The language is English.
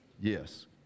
Yes